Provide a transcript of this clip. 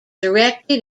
erected